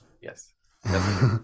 Yes